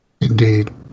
indeed